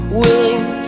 willing